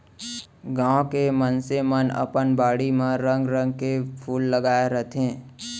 गॉंव के मनसे मन अपन बाड़ी म रंग रंग के फूल लगाय रथें